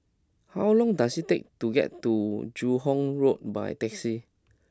how long does it take to get to Joo Hong Road by taxi